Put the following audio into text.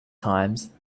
times